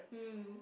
mm